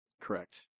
Correct